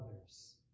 others